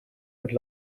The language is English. could